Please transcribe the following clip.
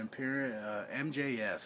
MJF